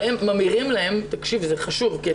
אבל ממירים להם את